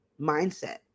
mindset